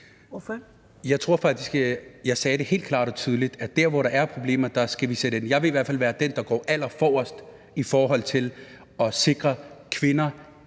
klart og tydeligt, at dér, hvor der er problemer, skal vi sætte ind. Jeg vil i hvert fald være den, der går allerforrest for at sikre, at kvinder